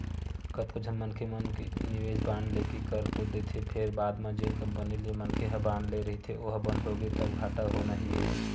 कतको झन मनखे मन निवेस बांड लेके कर तो देथे फेर बाद म जेन कंपनी ले मनखे ह बांड ले रहिथे ओहा बंद होगे तब घाटा होना ही हे